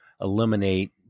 eliminate